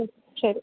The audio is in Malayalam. ശരി